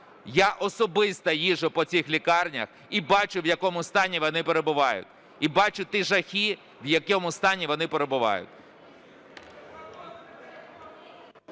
Я особисто їжджу по цих лікарнях і бачу, в якому стані вони перебувають, і бачу ті жахи, в якому стані вони перебувають.